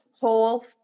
whole